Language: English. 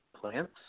plants